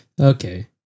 Okay